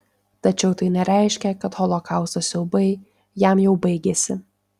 tačiau tai nereiškė kad holokausto siaubai jam jau baigėsi